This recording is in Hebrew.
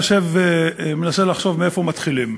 יושב ומנסה לחשוב מאיפה מתחילים,